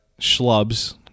schlubs